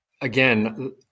again